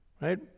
Right